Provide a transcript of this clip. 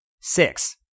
Six